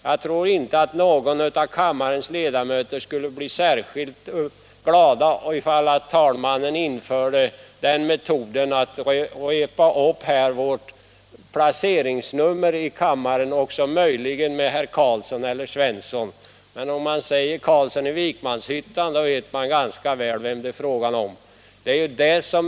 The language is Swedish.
Jag tror inte att riksdagens ledamöter skulle bli särskilt glada ifall talmannen, när han ger oss ordet, började beteckna oss med våra placeringsnummer i kammaren plus möjligen herr Carlsson, herr Svensson osv. Men om han säger t.ex. herr Carlsson i Vikmanshyttan då vet vi mycket väl vem det är fråga om.